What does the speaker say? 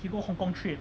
he go hong kong trip